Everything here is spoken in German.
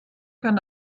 kann